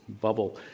bubble